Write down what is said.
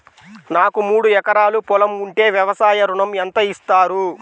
నాకు మూడు ఎకరాలు పొలం ఉంటే వ్యవసాయ ఋణం ఎంత ఇస్తారు?